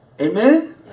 Amen